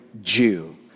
Jew